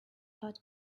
part